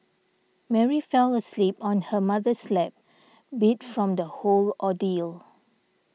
Mary fell asleep on her mother's lap beat from the whole ordeal